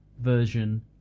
version